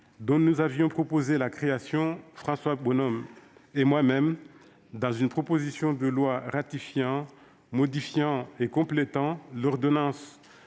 dont nous avions proposé la création, François Bonhomme et moi-même, dans une proposition de loi ratifiant, modifiant et complétant l'ordonnance